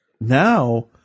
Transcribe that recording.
Now